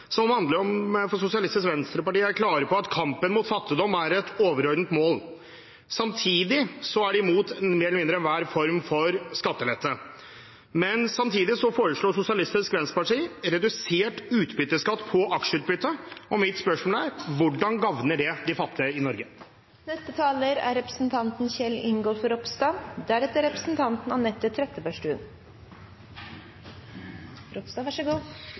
som handler om at Sosialistisk Venstreparti er klare på at kampen mot fattigdom er et overordnet mål. Samtidig er de imot mer eller mindre enhver form for skattelette, og Sosialistisk Venstreparti foreslo redusert utbytteskatt på aksjeutbytte. Mitt spørsmål er: Hvordan gagner det de fattige i Norge? Flere har tatt ordet for å kritisere Kristelig Folkeparti for løsninga når det gjelder barnetillegget. Jeg har derfor behov for å avklare hvorfor jeg mener det er god